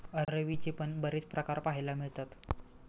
अरवीचे पण बरेच प्रकार पाहायला मिळतात